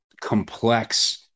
complex